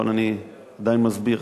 אבל אני עדיין מסביר,